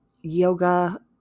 yoga